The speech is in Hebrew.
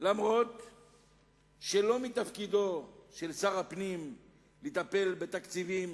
אף שלא מתפקידו של שר הפנים לטפל בתקציבים